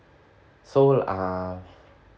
so uh